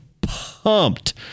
pumped